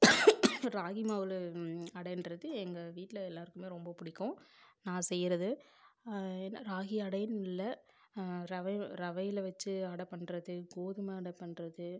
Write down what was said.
ராகி மாவில் அடைன்றது எங்கள் வீட்டில எல்லாருக்குமே ரொம்ப பிடிக்கும் நான் செய்கிறது ராகி அடைன்னு இல்லை ரவை ரவையில வச்சு அடை பண்ணுறது கோதுமை அடை பண்ணுறது